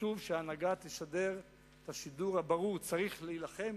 וחשוב שההנהגה תשדר את השידור הברור: צריך להילחם